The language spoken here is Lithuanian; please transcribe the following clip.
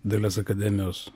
dailės akademijos